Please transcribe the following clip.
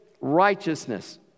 Righteousness